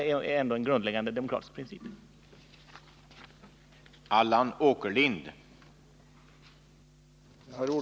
Men det är en grundläggande demokratisk princip att man följer riksdagens beslut.